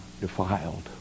defiled